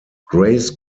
grace